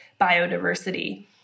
biodiversity